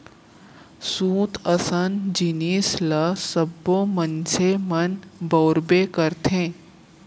सूत असन जिनिस ल सब्बो मनसे मन बउरबे करथे